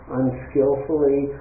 unskillfully